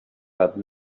that